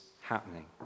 happening